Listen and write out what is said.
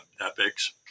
epics